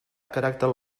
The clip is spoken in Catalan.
caràcter